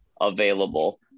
available